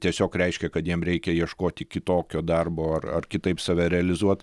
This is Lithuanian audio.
tiesiog reiškia kad jiem reikia ieškoti kitokio darbo ar ar kitaip save realizuot